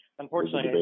Unfortunately